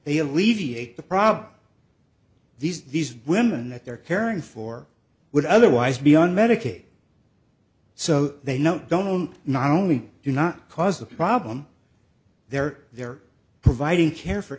they alleviate the problem these these women that they're caring for would otherwise be on medicaid so they know don't not only do not cause a problem there they're providing care for